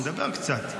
דבר קצת,